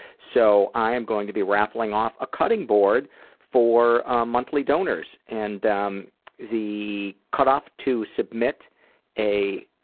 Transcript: so i'm going to be raffling off a cutting board for monthly donors and the um the cutoff to submit a